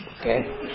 Okay